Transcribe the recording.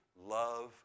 love